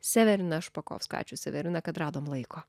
severina špakovska ačiū severina kad radom laiko